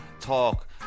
talk